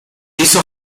hizo